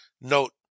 note